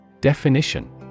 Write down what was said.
Definition